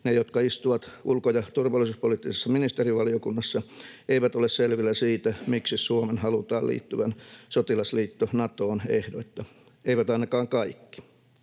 ne, jotka istuvat ulko- ja turvallisuuspoliittisessa ministerivaliokunnassa, eivät ole selvillä siitä, miksi Suomen halutaan liittyvän sotilasliitto Natoon ehdoitta, eivät ainakaan kaikki.